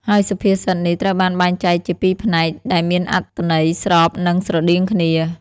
ហើយសុភាសិតនេះត្រូវបានបែងចែកជាពីរផ្នែក ដែលមានអត្ថន័យស្រប និងស្រដៀងគ្នា។